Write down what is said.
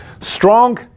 Strong